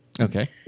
Okay